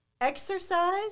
Exercise